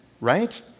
right